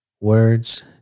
Words